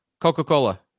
Coca-Cola